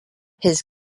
his